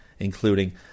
including